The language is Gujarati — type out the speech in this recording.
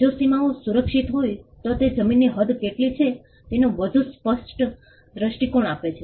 જો સીમાઓ સુરક્ષિત હોય તો તે જમીનની હદ કેટલી છે તેનો વધુ સ્પષ્ટ દૃષ્ટિકોણ આપે છે